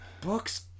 Books